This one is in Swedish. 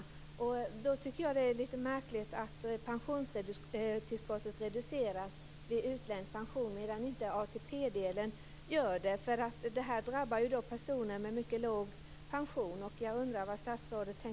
Jag tycker att det är lite märkligt att pensionstillskottet reduceras vid utländsk pension medan ATP-delen inte gör det, eftersom det ju drabbar personer med mycket låg pension.